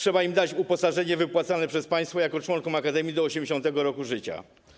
Trzeba im dać uposażenie wypłacane przez państwo jako członkom akademii do 80. roku życia.